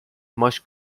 must